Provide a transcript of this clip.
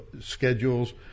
schedules